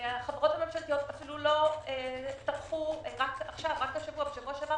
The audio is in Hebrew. החברות הממשלתיות אפילו לא טרחו רק שבוע שעבר